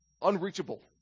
unreachable